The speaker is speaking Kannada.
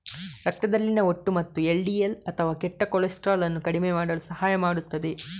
ರಕ್ತದಲ್ಲಿನ ಒಟ್ಟು ಮತ್ತು ಎಲ್.ಡಿ.ಎಲ್ ಅಥವಾ ಕೆಟ್ಟ ಕೊಲೆಸ್ಟ್ರಾಲ್ ಅನ್ನು ಕಡಿಮೆ ಮಾಡಲು ಸಹಾಯ ಮಾಡುತ್ತದೆ